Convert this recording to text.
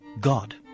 God